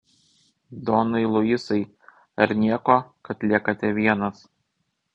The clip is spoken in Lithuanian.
donai luisai ar nieko kad liekate vienas